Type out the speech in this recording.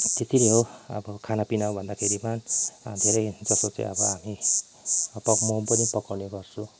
त्यति नै हो अब खाना पिना भन्दाखेरि धेरै जसो चाहिँ अब हामी बफ मोमो पनि पकाउने गर्छु